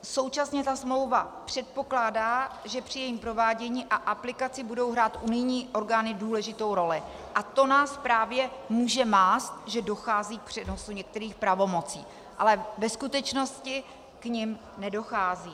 Současně smlouva předpokládá, že při jejím provádění a aplikaci budou hrát unijní orgány důležitou roli, a to nás právě může mást, že dochází k přenosu některých pravomocí, ale ve skutečnosti k nim nedochází.